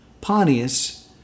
Pontius